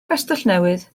castellnewydd